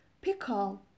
Pickle